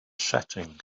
setting